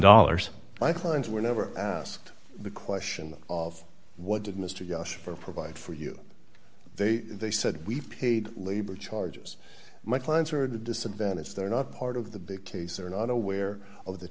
dollars my clients were never asked the question of what did mr ghosh for provide for you they they said we paid labor charges my clients are a disadvantage they're not part of the big case they're not aware of the